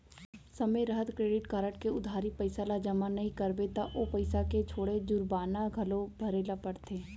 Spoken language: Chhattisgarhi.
समे रहत क्रेडिट कारड के उधारी पइसा ल जमा नइ करबे त ओ पइसा के छोड़े जुरबाना घलौ भरे ल परथे